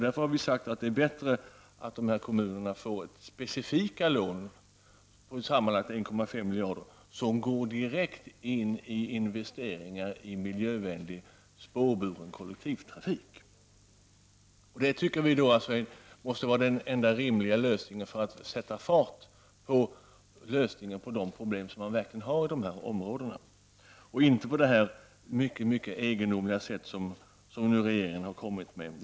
Därför har vi sagt att det är bättre att dessa kommuner får specifika lån på sammanlagt 1,5 miljarder som går direkt till investeringar i miljövänlig spårburen kollektivtrafik. Det anser vi är det enda rimliga för att man skall komma i gång med lösningen av de problem som finns i dessa områden. Vi anser inte att man skall göra på det egendomliga sätt som regeringen föreslår.